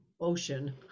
ocean